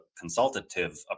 consultative